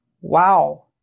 Wow